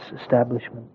establishment